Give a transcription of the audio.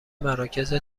مراکز